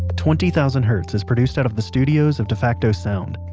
twenty thousand hertz is produced out of the studios of defacto sound,